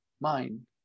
mind